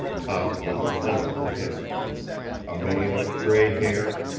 topped with a wonderful head a mane of gray hair,